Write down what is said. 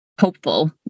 hopeful